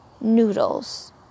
noodles